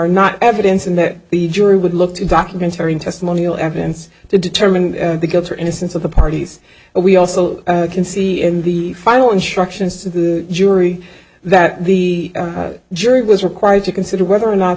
not evidence and that the jury would look to documentarian testimonial evidence to determine the guilt or innocence of the parties and we also can see in the final instructions to the jury that the jury was required to consider whether or not